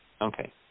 Okay